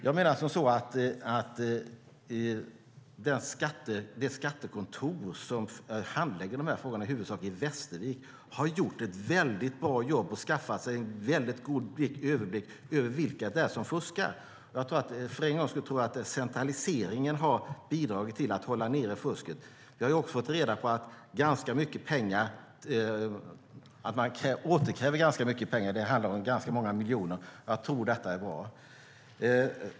Jag menar som så att det skattekontor i Västervik som i huvudsak handlägger de här frågorna har gjort ett väldigt bra jobb och skaffat sig en mycket god överblick över vilka det är som fuskar. För en gångs skull tror jag att centraliseringen har bidragit till att hålla nere fusket. Vi har också fått reda på att man återkräver mycket pengar. Det handlar om ganska många miljoner. Jag tror att detta är bra.